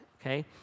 okay